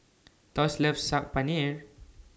Thos loves Saag Paneer